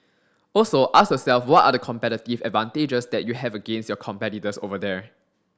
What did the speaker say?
also ask yourself what are the competitive advantages that you have against your competitors over there